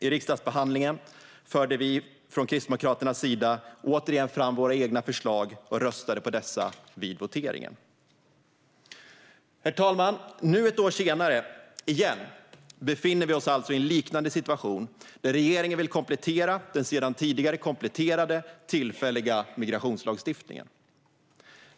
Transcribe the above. I riksdagsbehandlingen förde vi från Kristdemokraternas sida återigen fram våra egna förslag och röstade på dessa vid voteringen. Herr talman! Nu, ytterligare ett år senare, befinner vi oss alltså i en liknande situation där regeringen vill komplettera den sedan tidigare kompletterade, tillfälliga migrationslagstiftningen.